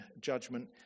judgment